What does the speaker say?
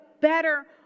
better